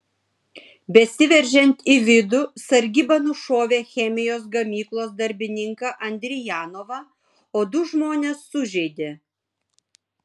besiveržiant į vidų sargyba nušovė chemijos gamyklos darbininką andrijanovą o du žmones sužeidė